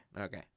Okay